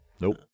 Nope